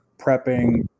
prepping